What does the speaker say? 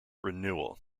renewal